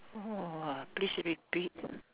no what this should be quick